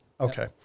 Okay